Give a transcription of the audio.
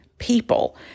people